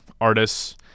artists